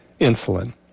insulin